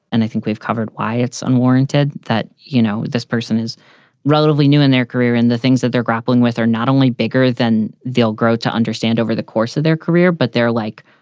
and i think we've covered why it's unwarranted that, you know, this person is relatively new in their career and the things that they're grappling with are not only bigger than they'll grow to understand over the course of their career, but they're like.